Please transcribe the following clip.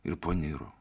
ir paniro